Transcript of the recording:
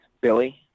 Billy